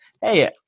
Hey